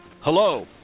Hello